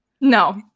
No